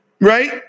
Right